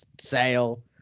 sale